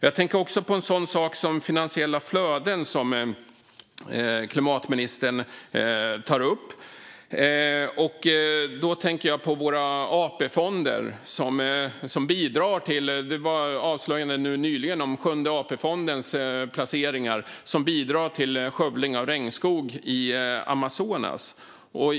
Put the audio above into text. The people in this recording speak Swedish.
Jag tänker också på en sådan sak som finansiella flöden, som klimatministern tar upp. Då tänker jag på våra AP-fonder, som bidrar till skövling av regnskog i Amazonas - det gjordes nyligen avslöjanden om Sjunde AP-fondens placeringar.